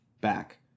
back